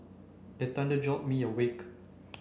the thunder jolt me awake